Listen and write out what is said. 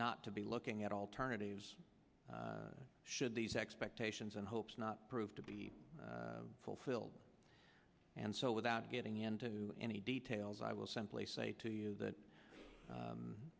not to be looking at alternatives should these expectations and hopes not prove to be fulfilled and so without getting into any details i will simply say to you that